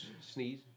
Sneeze